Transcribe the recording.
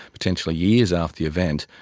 potentially years after the event,